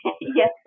yes